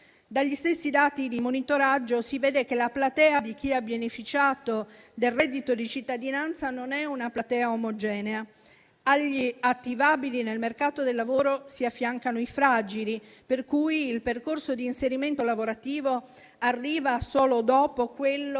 Dagli stessi dati di monitoraggio si vede che la platea di chi ha beneficiato del reddito di cittadinanza non è omogenea: agli attivabili nel mercato del lavoro si affiancano i fragili, per cui il percorso di inserimento lavorativo arriva solo dopo quello